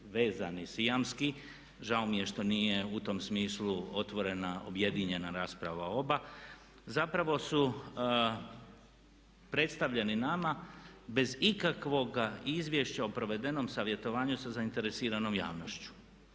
vezani sijamski, žao mi je što nije u tom smislu otvorena objedinjena rasprava o oba, zapravo su predstavljeni nama bez ikakvog izvješća o provedenom savjetovanju sa zainteresiranom javnošću.